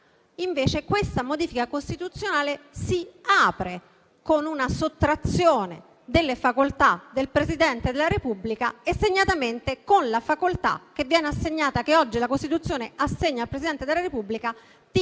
invece, questa modifica costituzionale si apre con una sottrazione delle facoltà del Presidente della Repubblica e, segnatamente, della facoltà che oggi la Costituzione assegna al Presidente della Repubblica di